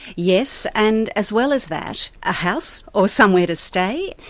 yes, and as well as that a house, or somewhere to stay,